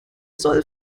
soll